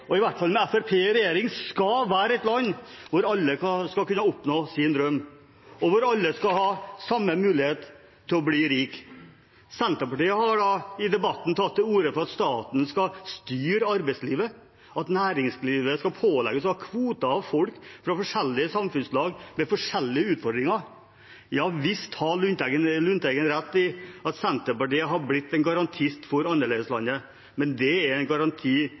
– i hvert fall med Fremskrittspartiet i regjering – skal være et land hvor alle skal kunne oppnå sin drøm, og hvor alle skal ha samme mulighet til å bli rik. Senterpartiet har i debatten tatt til orde for at staten skal styre arbeidslivet, at næringslivet skal pålegges å ha kvoter av folk fra forskjellige samfunnslag med forskjellige utfordringer. Ja visst har representanten Lundteigen rett i at Senterpartiet har blitt en garantist for Annerledeslandet, men det er en garanti